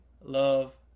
love